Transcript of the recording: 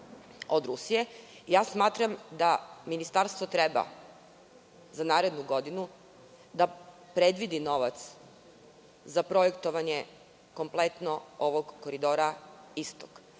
Smatram da ministarstvo treba za narednu godinu da predvidi novac za projektovanje kompletno ovog Koridora Istok.